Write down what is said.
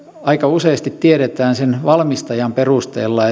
aika useasti tiedetään sen valmistajan perusteella